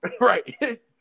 Right